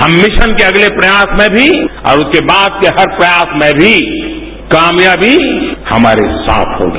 हम मिशन के अगले प्रयास में भी और उसके बाद के हर प्रयास में भी कामयाबी हमारे साथ होगी